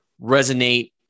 resonate